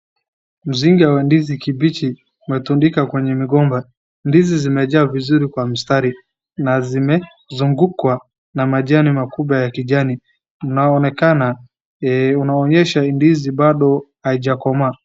Mzinga wa ndizi kimbichi umetundika kwenye migomba. Ndizi zimejaa vizuri kwa mstari na zimezungukwa na maji makubwa ya kijani unaonyesha ndizi bado haijakomaa.